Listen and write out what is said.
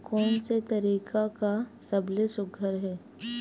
कोन से तरीका का सबले सुघ्घर हे?